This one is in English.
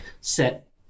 Set